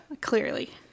Clearly